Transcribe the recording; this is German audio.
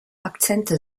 akzente